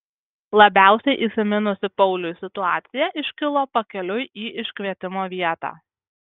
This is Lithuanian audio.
labiausiai įsiminusi pauliui situacija iškilo pakeliui į iškvietimo vietą